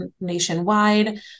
nationwide